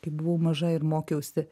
kai buvau maža ir mokiausi